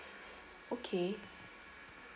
okay